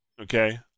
okay